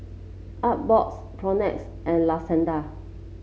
Artbox Propnex and La Senza